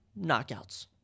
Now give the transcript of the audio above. knockouts